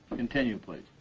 continue, please.